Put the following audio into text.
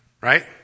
Right